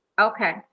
Okay